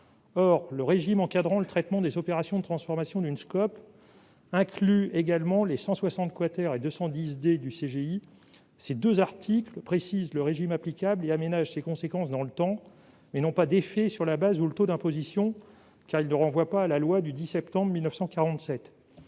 Or le régime encadrant le traitement des opérations de transformation d'une SCOP inclut également les articles 160 et 210 D du CGI, qui précisent le régime applicable et aménagent ses conséquences dans le temps, mais qui n'ont pas d'effet sur la base ou le taux d'imposition en ce qu'ils ne renvoient pas à la loi du 10 septembre 1947.